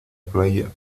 playa